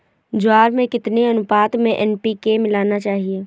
ज्वार में कितनी अनुपात में एन.पी.के मिलाना चाहिए?